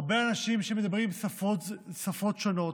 הרבה אנשים שמדברים שפות שונות,